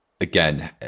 again